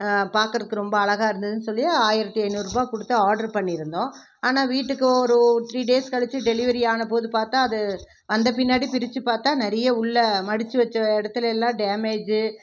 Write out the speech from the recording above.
பார்க்கறக்கு ரொம்ப அழகாக இருந்ததுன்னு சொல்லி ஆயிரத்து ஐநூறு ரூபாய் கொடுத்து ஆட்ரு பண்ணியிருந்தோம் ஆனால் வீட்டுக்கு ஒரு த்ரீ டேஸ் கழிச்சு டெலிவெரி ஆனால் போது பார்த்தா அது வந்த பின்னாடி பிரிச்சு பார்த்தா நிறைய உள்ளே மடிச்சி வைச்ச இடத்துயெல்லாம் டேமேஜி